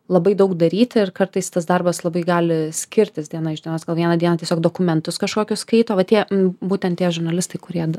labai daug daryti ir kartais tas darbas labai gali skirtis diena iš dienos gal vieną dieną tiesiog dokumentus kažkokius skaito va tie būtent tie žurnalistai kurie